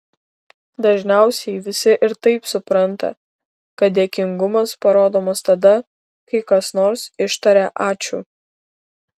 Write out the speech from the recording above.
dažniausiai visi ir taip supranta kad dėkingumas parodomas tada kai kas nors ištaria ačiū